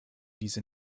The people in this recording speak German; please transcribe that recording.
diese